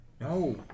No